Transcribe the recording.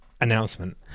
announcement